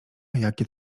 jakie